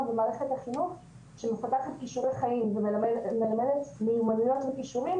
במערכת החינוך שמפתחת כישורי חיים ומלמדת מיומנויות וכישורים